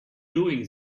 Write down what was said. doing